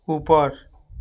ऊपर